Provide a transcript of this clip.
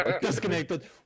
disconnected